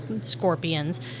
scorpions